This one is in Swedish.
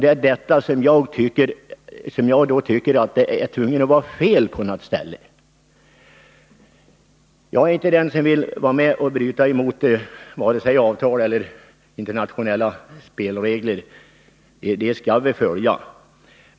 Det är detta som jag tycker måste vara fel. Jag är inte den som vill vara med om att bryta mot vare sig avtal eller internationella spelregler — dem skall vi följa.